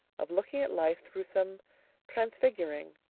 of looking at life through some transfiguring.